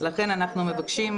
לכן אנחנו מבקשים,